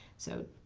so,